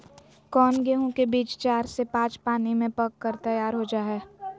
कौन गेंहू के बीज चार से पाँच पानी में पक कर तैयार हो जा हाय?